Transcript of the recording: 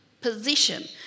position